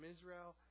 Israel